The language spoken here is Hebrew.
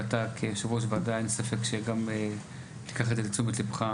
ואתה כיושב-ראש הוועדה אין ספק שגם תיקח את זה לתשומת ליבך.